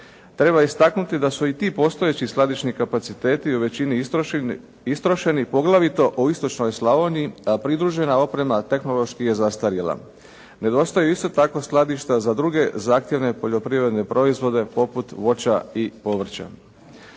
Treba istaknuti da su i ti postojeći skladišni kapaciteti u većini istrošeni, poglavito u istočnoj Slavoniji, a pridružena oprema tehnološki je zastarjela. Nedostaju isto tako skladišta za druge zahtjevne poljoprivredne proizvode poput voća i povrća.